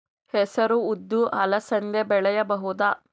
ಹೆಸರು ಉದ್ದು ಅಲಸಂದೆ ಬೆಳೆಯಬಹುದಾ?